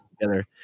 together